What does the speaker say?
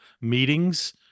meetings